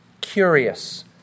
curious